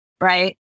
right